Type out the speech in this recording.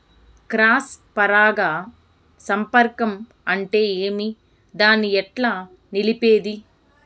Cross పరాగ సంపర్కం అంటే ఏమి? దాన్ని ఎట్లా నిలిపేది?